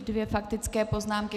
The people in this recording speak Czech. Dvě faktické poznámky.